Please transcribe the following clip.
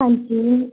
ਹਾਂਜੀ